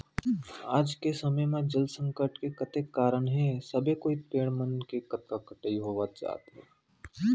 आज के समे म जल संकट के कतेक कारन हे सबे कोइत पेड़ मन के कतका कटई होवत जात हे